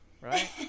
right